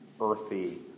earthy